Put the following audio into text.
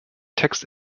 text